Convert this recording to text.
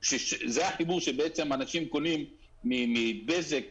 זה החיבור שאנשים קונים מבזק,